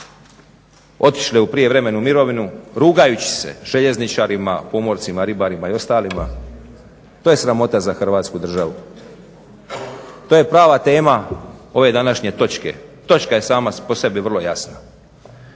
otišli u prijevremenu mirovinu rugajući se željezničarima, pomorcima, ribarima i ostalima to je sramota za Hrvatsku državu. To je prava tema ove današnje točke. Točka je sama po sebi vrlo jasna.